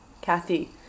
Kathy